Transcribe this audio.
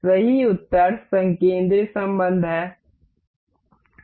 सही उत्तर संकेंद्रित संबंध है